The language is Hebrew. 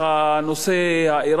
הנושא האירני,